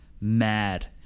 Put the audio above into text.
mad